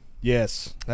yes